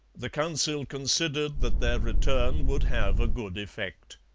the council considered that their return would have a good effect.